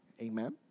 Amen